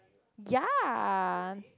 ya